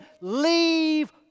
leave